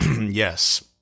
Yes